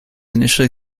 initially